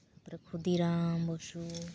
ᱛᱟᱯᱚᱨᱮ ᱠᱷᱩᱫᱤᱨᱟᱢ ᱵᱚᱥᱩ